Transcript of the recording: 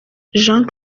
jean